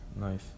nice